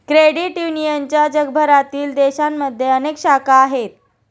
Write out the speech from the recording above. credit युनियनच्या जगभरातील देशांमध्ये अनेक शाखा आहेत